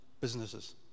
businesses